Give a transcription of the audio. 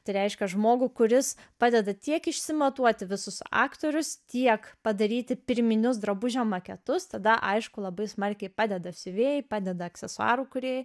tai reiškia žmogų kuris padeda tiek išsimatuoti visus aktorius tiek padaryti pirminius drabužio maketus tada aišku labai smarkiai padeda siuvėjai padeda aksesuarų kūrėjai